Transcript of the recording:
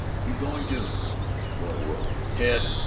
you going to verona whirled. ted!